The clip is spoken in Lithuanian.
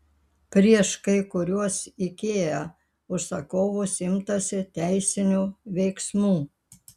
prieš kai kuriuos ikea užsakovus imtasi teisinių veiksmų